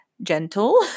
Gentle